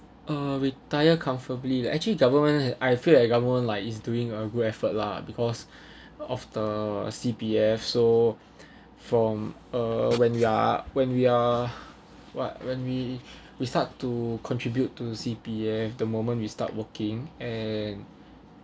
uh retire comfortably actually government had I feel that government like is doing a good effort lah because of the C_P_F so from uh when we are when we are what when we we start to contribute to C_P_F the moment we start working and